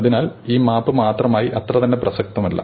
അതിനാൽ ഈ മാപ്പ് മാത്രമായി അത്രതന്നെ പ്രസക്തമല്ല